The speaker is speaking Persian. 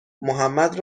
محمد